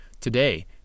Today